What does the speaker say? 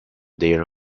their